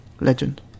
Legend